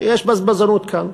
שיש בזבזנות כאן.